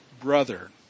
brother